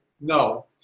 no